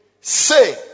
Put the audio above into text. say